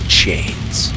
chains